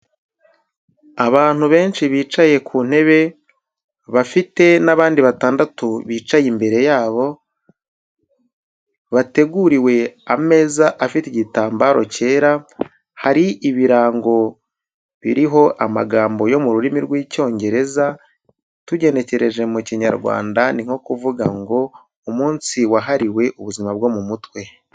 Abantu benshi bicaye ku ntebe, bafite n'abandi batandatu bicaye imbere yabo, bateguriwe ameza afite igitambaro cyera, hari ibirango biriho amagambo yo mu rurimi rw'Icyongereza tugenekereje mu Kinyarwanda ni nko kuvuga ngo umunsi wahariwe ubuzima bwo mu mutwe.